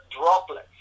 droplets